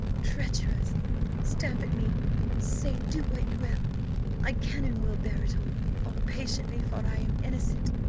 treacherous stamp at me say, do what you will i can and will bear it all all patiently for i am innocent,